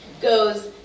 goes